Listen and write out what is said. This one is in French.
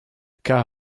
cas